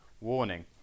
warning